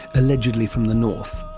allegedly from the north.